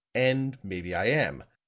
and maybe i am.